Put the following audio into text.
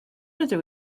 ydw